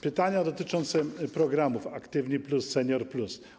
Pytania dotyczące programów ˝Aktywni+˝ i ˝Senior+˝